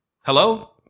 Hello